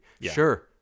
Sure